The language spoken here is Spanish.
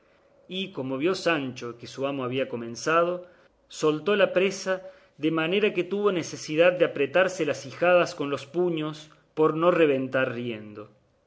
y como vio sancho que su amo había comenzado soltó la presa de manera que tuvo necesidad de apretarse las ijadas con los puños por no reventar riendo